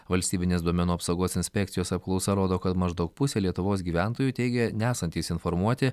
valstybinės duomenų apsaugos inspekcijos apklausa rodo kad maždaug pusė lietuvos gyventojų teigė nesantys informuoti